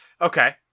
Okay